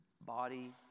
body